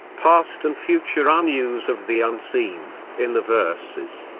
past and future are news of the unseen in the verses,